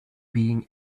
being